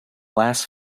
last